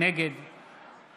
נגד